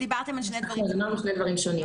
צודקת, דיברנו על שני דברים שונים.